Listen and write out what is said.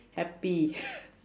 happy